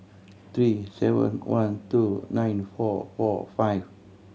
three seven one two nine four four five